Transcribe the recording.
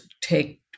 take